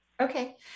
Okay